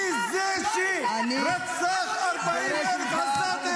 מי זה שרצח 40,000 עזתים?